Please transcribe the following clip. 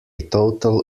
total